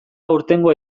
aurtengo